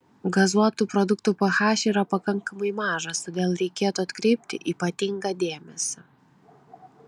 gazuotų produktų ph yra pakankamai mažas todėl reikėtų atkreipti ypatingą dėmesį